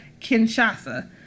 Kinshasa